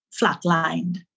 flatlined